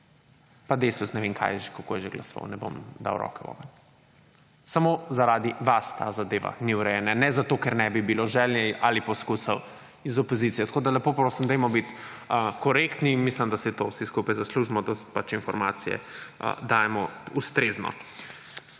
Pa Desus ne vem kako je že glasoval, ne bom dal roke v ogenj. Samo zardi vas ta zadeva ni urejena in ne zato, ker ne bi bilo želje ali poizkusov iz opozicije. Tako, da lepo prosim dajmo biti korektni in mislim, da si to vsi skupaj zaslužimo, da pač informacije dajemo ustrezno.